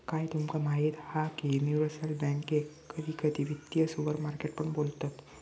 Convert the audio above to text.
काय तुमका माहीत हा की युनिवर्सल बॅन्केक कधी कधी वित्तीय सुपरमार्केट पण बोलतत